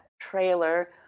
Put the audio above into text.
trailer